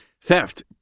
theft